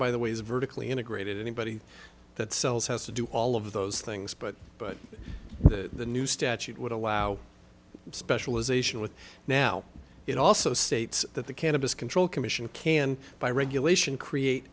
by the way is vertically integrated anybody that sells has to do all of those things but but the new statute would allow specialisation with now it also states that the cannabis control commission can by regulation create